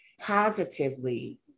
positively